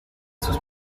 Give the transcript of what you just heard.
sus